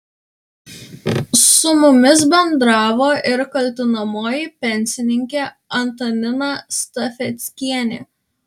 su mumis bendravo ir kaltinamoji pensininkė antanina stafeckienė